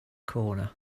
corner